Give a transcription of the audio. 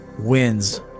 wins